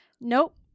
Nope